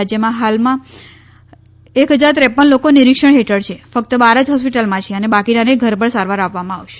રાજ્યમાં હાલમાં એખ હજાર ત્રેપન લોકો નિરીક્ષણ હેઠળ છે ફક્ત બાર જ હોસ્પિટલમાં છે અને બાકીનાને ઘર પર સારવાર આપવામાં આવશે